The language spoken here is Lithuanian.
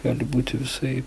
gali būti visai